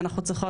אנחנו צריכות,